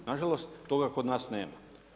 Na žalost toga kod nas nema.